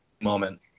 moment